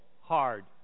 hard